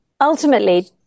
Ultimately